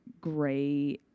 gray